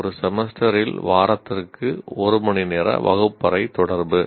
ஒரு செமஸ்டரில் வாரத்திற்கு 1 மணிநேர வகுப்பறை தொடர்பு